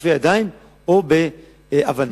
בכיפופי ידיים, או בהבנות.